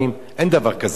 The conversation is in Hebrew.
יש התבטאויות קשות,